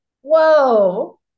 Whoa